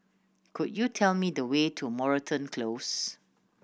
could you tell me the way to Moreton Close